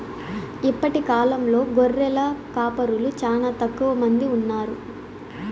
ఇప్పటి కాలంలో గొర్రెల కాపరులు చానా తక్కువ మంది ఉన్నారు